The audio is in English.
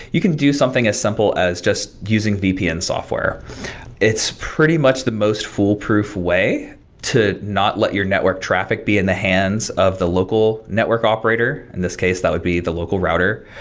you can do something as simple as just using vpn software it's pretty much the most foolproof way to not let your network traffic be in the hands of the local network operator, in this case that would be the local router.